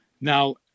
Now